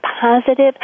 positive